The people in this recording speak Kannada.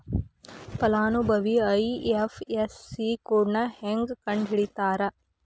ಫಲಾನುಭವಿ ಐ.ಎಫ್.ಎಸ್.ಸಿ ಕೋಡ್ನಾ ಹೆಂಗ ಕಂಡಹಿಡಿತಾರಾ